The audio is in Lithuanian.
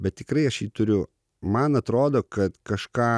bet tikrai aš jį turiu man atrodo kad kažką